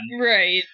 right